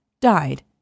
died